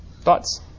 thoughts